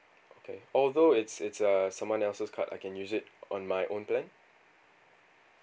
okay although it's it's uh someone else's card I can use it on my own plan